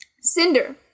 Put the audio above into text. Cinder